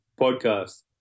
podcast